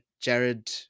jared